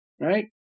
right